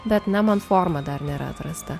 bet ne man forma dar nėra atrasta